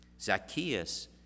Zacchaeus